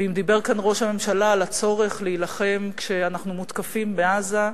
ואם דיבר כאן ראש הממשלה על הצורך להילחם כשאנחנו מותקפים בעזה,